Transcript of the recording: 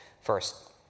First